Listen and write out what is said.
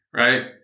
Right